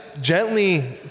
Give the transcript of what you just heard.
gently